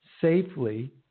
safely